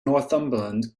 northumberland